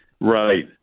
right